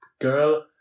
girl